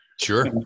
sure